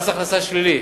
מס הכנסה שלילי,